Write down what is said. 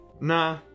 Nah